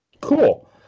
Cool